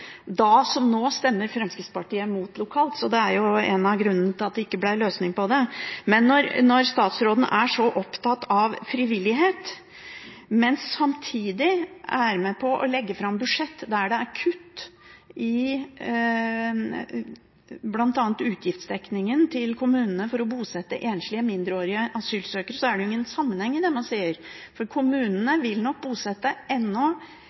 Da som nå stemte Fremskrittspartiet mot lokalt, så det var jo en av grunnene til at det ikke ble noen løsning på det. Men når statsråden er så opptatt av frivillighet, men samtidig er med på å legge fram budsjett der det er kutt bl.a. i utgiftsdekningen til kommunene for å bosette enslige mindreårige asylsøkere, er det jo ingen sammenheng i det man sier. Kommunene vil nok bosette